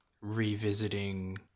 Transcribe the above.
revisiting